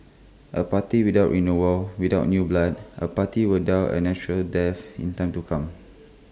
A party without renewal without new blood A party will die A natural death in time to come